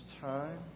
time